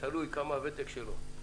תלוי כמה הוותק שלו.